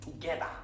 together